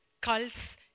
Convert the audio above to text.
cults